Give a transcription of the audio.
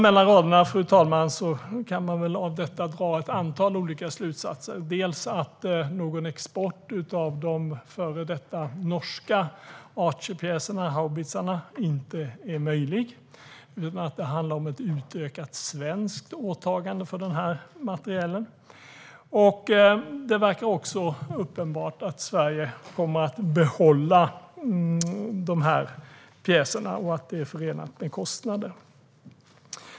Om man läser mellan raderna kan man dra ett antal olika slutsatser, dels att någon export av de före detta norska Archerpjäserna - haubitsarna - inte är möjlig genom att det handlar om ett utökat svenskt åtagande för materielen, dels att det är uppenbart att Sverige kommer att behålla pjäserna och att det är förenat med kostnader.